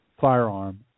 firearm